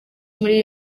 muri